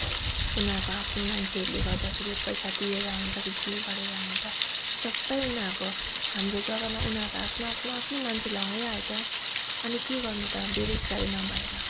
उनीहरूको आफ्नो मान्छेले गर्दाखेरि पैसा तिरेर हुन्छ कि के गरेर हुन्छ सबै उनीहरूको हाम्रो जग्गामा उनीहरूको आफ्नो आफ्नो आफ्नो मान्छे लगाइहाल्छ अनि के गर्नु त बेरोजगारी नभएर